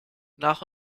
nach